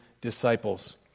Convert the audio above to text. disciples